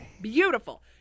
Beautiful